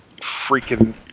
freaking